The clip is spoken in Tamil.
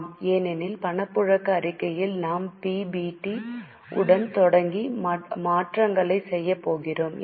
ஆம் ஏனெனில் பணப்புழக்க அறிக்கையில் நாம் PBT உடன் தொடங்கி மாற்றங்களைச் செய்யப் போகிறோம்